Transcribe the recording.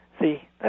See